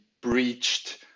breached